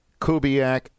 Kubiak